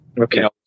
Okay